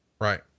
Right